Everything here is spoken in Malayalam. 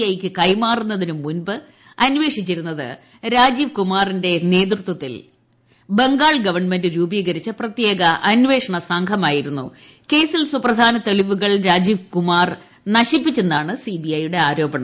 ഐ ക്ക് കൈമാറുന്നതിനു മുമ്പ് അന്വേഷിച്ചിരുന്നത് രാജീവ് കുമാറിന്റെ നേതൃത്തിൽ ബംഗാൾ ഗവൺമെന്റ് രൂപീകരിച്ച പ്രത്യേക കേസിൽ തെളിപ്പുകൾ രാജീവ് സുപ്രധാന കുമാർ നശിപ്പിച്ചെന്നാണ് സിബിഐ യുടെ ് ആരോപണം